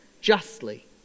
justly